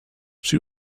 she